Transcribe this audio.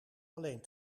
alleen